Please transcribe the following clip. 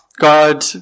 God